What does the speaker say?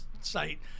site